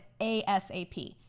ASAP